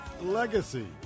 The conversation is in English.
legacy